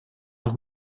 noch